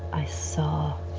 i saw.